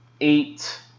eight